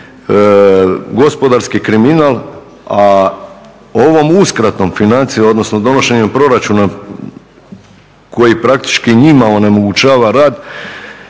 gospodarski kriminal. A ovom uskratom financija odnosno donošenjem proračuna koji praktički njima onemogućava rad